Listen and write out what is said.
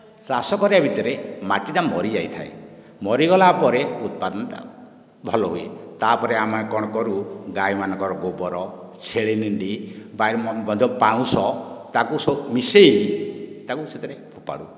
ଚାଷ କରିବା ଭିତରେ ମାଟିଟା ମରିଯାଇଥାଏ ମରିଗଲା ପରେ ଉତ୍ପାଦନ ଟା ଭଲ ହୁଏ ତା ପରେ ଆମେ କ'ଣ କରୁ ଗାଈ ମାନଙ୍କର ଗୋବର ଛେଳି ନେଣ୍ଡି ଯେଉଁ ପାଉଁଶ ତାକୁ ସବୁ ମିଶାଇ ତାକୁ ସେଥିରେ ଫୋପାଡ଼ୁ